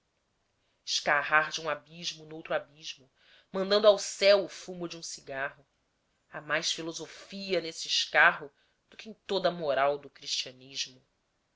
escarrar de um abismo noutro abismo mandando ao céu o fumo de um cigarro há mais filosofia neste escarro do que em toda a moral do cristianismo